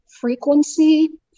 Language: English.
frequency